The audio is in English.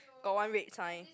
got one red sign